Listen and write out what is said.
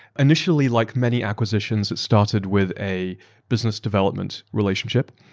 initially, like many acquisitions, it started with a business development relationship.